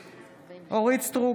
(קוראת בשם חברת הכנסת) אורית סטרוק,